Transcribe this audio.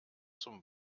zum